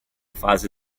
fase